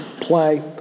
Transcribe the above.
play